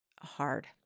hard